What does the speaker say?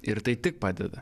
ir tai tik padeda